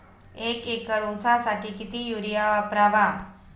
एक एकर ऊसासाठी किती युरिया वापरावा?